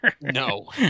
No